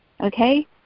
okay